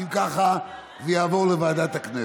אם ככה, זה יעבור לוועדת הכנסת.